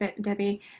Debbie